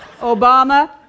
Obama